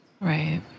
Right